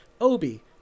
Obi